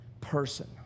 person